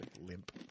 Limp